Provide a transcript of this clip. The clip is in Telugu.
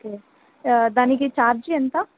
ఓకే దానికి ఛార్జ్ ఎంత